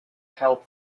help